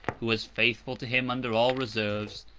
who was faithful to him under all reverses,